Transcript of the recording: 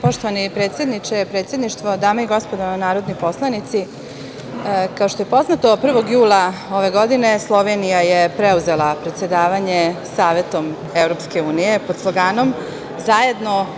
Poštovani predsedniče, predsedništvo, dame i gospodo narodni poslanici, kao što je poznato, 1. jula ove godine Slovenija je preuzela predsedavanje Savetom EU, pod sloganom „Zajedno.